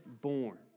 born